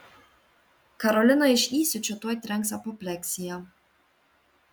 karoliną iš įsiūčio tuoj trenks apopleksija